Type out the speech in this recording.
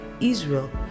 Israel